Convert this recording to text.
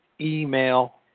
email